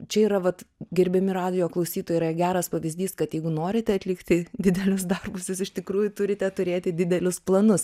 čia yra vat gerbiami radijo klausytojai yra geras pavyzdys kad jeigu norite atlikti didelius darbus jūs iš tikrųjų turite turėti didelius planus